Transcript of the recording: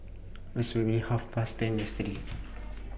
approximately Half Past ten yesterday